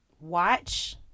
Watch